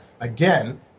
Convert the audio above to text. again